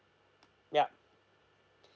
yup